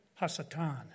Hasatan